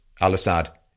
al-Assad